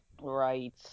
Right